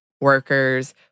workers